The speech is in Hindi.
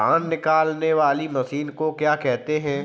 धान निकालने वाली मशीन को क्या कहते हैं?